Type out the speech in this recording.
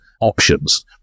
options